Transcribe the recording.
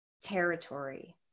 territory